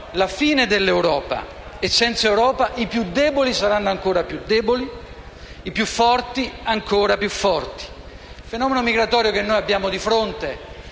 la fine dell'Europa e senza Europa i più deboli saranno ancora più deboli, i più forti ancora più forti. Il fenomeno migratorio che abbiamo di fronte